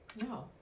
No